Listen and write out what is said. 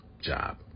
job